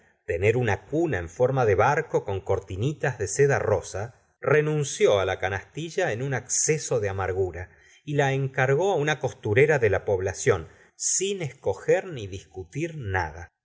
tener una cuna en forma de barco con cortinas de seda rosa renunció la canastilla en un acceso de amargura y la encargó á una costurera de la población sin escoger ni discutir nada